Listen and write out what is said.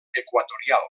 equatorial